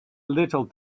little